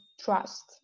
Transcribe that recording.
trust